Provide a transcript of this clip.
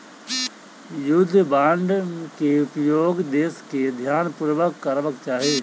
युद्ध बांड के उपयोग देस के ध्यानपूर्वक करबाक चाही